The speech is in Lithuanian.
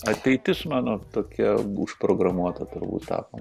ateitis mano tokia užprogramuota turbūt tapo